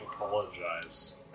apologize